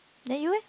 then you eh